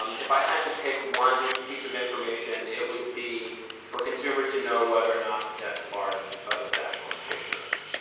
um if i had to pick one piece of information it would be for consumers to know whether or not the debt is barred by the statute of limitations,